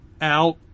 out